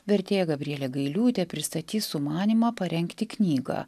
vertėja gabrielė gailiūtė pristatys sumanymą parengti knygą